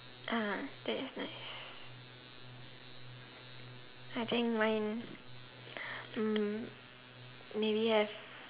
ah that's nice I think mine mm maybe have